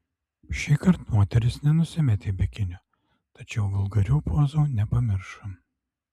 šįkart moteris nenusimetė bikinio tačiau vulgarių pozų nepamiršo